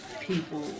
people